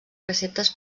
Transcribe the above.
preceptes